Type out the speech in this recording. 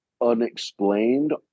unexplained